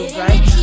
right